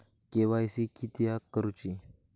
KYC किदयाक करूची?